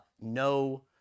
No